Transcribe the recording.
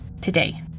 today